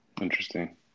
Interesting